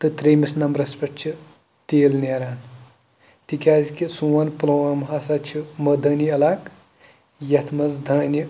تہٕ ترٛیٚیِمِس نمبرَس پٮ۪ٹھ چھِ تیٖل نیران تِکیٛازِکہِ سون پُلووم ہَسا چھُ مٲدٲنی علاقہٕ یَتھ منٛز دانہِ